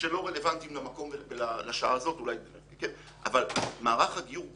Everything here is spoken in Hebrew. שלא רלוונטיים למקום ולשעה הזאת אבל מערך הגיור,